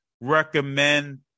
recommend